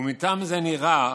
ומטעם זה נראה